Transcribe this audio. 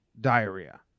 diarrhea